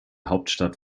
hauptstadt